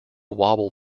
wobble